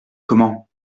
comment